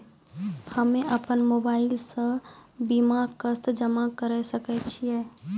हम्मे अपन मोबाइल से बीमा किस्त जमा करें सकय छियै?